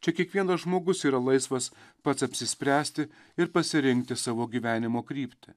čia kiekvienas žmogus yra laisvas pats apsispręsti ir pasirinkti savo gyvenimo kryptį